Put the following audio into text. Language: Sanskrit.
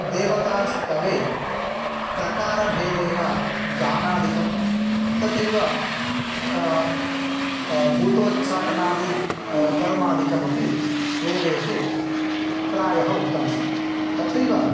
देवतास्तवे प्रकारभेदेन गानादिकं तथैव भूतोच्चाटनादि कर्मादिकमपि वेदेषु प्रायः उक्तमस्ति तथैव